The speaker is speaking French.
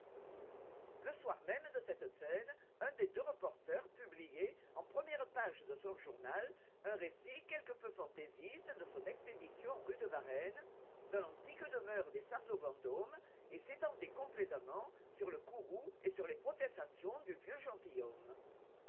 le soir même de cette scène un des deux reporters publiait en première page de son journal un récit quelque peu fantaisiste de son expédition rue de varenne dans l'antique demeure des sarzeau vendôme et s'étendait complaisamment sur le courroux et sur les protestations du vieux gentilhomme